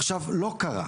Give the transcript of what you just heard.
עכשיו לא קרה.